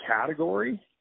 category